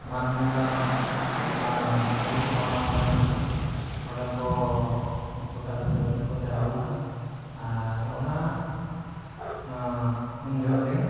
ᱢᱟᱜᱽ ᱵᱚᱸᱜᱟ ᱢᱩᱞᱩᱜ ᱢᱚᱬᱮ ᱢᱟᱦᱟᱨᱮ ᱱᱚᱸᱰᱮ ᱠᱚ ᱜᱚᱴᱟ ᱫᱤᱥᱚᱢ ᱨᱮᱱ ᱠᱚ ᱡᱟᱨᱣᱟᱜᱼᱟ ᱟᱨ ᱚᱱᱟ ᱩᱱ ᱡᱚᱦᱚᱜ ᱜᱮ